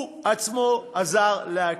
הוא עצמו עזר להקים.